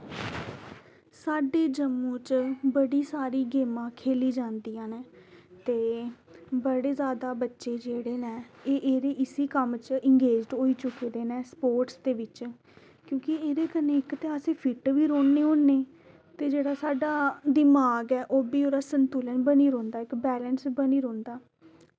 साढ़े जम्मू च बड़ी सारी गेमां खेल्ली जंदियां न ते बड़े जादै बच्चे जेह्ड़े न ते इस्सै कम्म बिच अगेंज्ड होई चुके दे न इस्सै कम्म च क्योंकि इंदे कन्नै अस इक्क ते फिट बी रौह्ने होने ते जेह्ड़ा साढ़ा दिमाग ऐ ओह्बी संतुलन बनी रौहंदा ते बेलेंस बनी रौहंदा